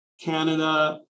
Canada